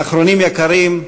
ואחרונים יקרים,